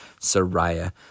Sariah